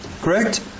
Correct